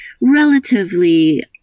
relatively